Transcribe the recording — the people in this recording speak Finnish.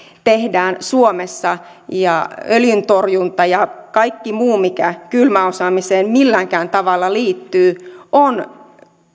tehdään suomessa ja öljyntorjunta ja kaikki muu mikä kylmäosaamiseen millään tavalla liittyy on